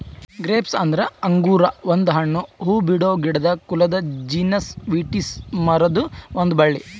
grapes ಅಂದುರ್ ಅಂಗುರ್ ಒಂದು ಹಣ್ಣು, ಹೂಬಿಡೋ ಗಿಡದ ಕುಲದ ಜೀನಸ್ ವಿಟಿಸ್ ಮರುದ್ ಒಂದ್ ಬಳ್ಳಿ